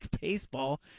Baseball